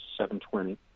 7.20